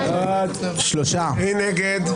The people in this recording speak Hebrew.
מי נגד?